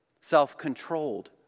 self-controlled